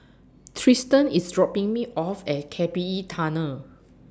Tristen IS dropping Me off At K P E Tunnel